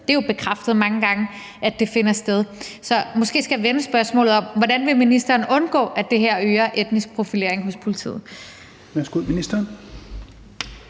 det er bekræftet mange gange – at det finder sted. Så måske skal jeg vende spørgsmålet om: Hvordan vil ministeren undgå, at det her øger etnisk profilering hos politiet?